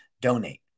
donate